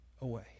away